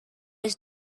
his